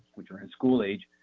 which are in school age.